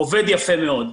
זה עובד יפה מאוד.